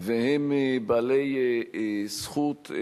והם בעלי זכות.